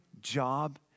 job